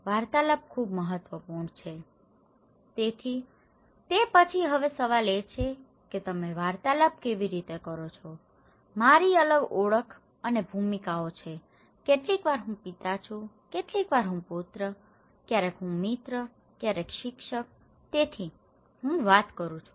તેથી પરંતુ તે પછી હવે સવાલ એ છે કે તમે વાર્તાલાપ કેવી રીતે કરો છો મારી અલગ ઓળખ અને ભૂમિકાઓ છે કેટલીકવાર હું પિતા છું ક્યારેક હું પુત્ર છું ક્યારેક હું મિત્ર છું ક્યારેક હું શિક્ષક છું તેથી હું વાત કરું છું